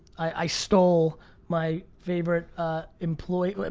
i stole my favorite employee, well,